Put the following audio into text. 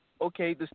Okay